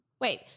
wait –